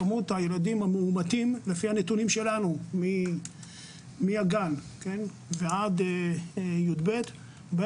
כמות הילדים המאומתים לפי הנתונים שלנו מהגן ועד כיתה י"ב,